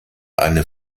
eine